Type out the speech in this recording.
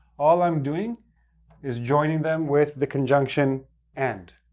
all i'm doing is joining them with the conjunction and.